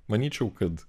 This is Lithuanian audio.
manyčiau kad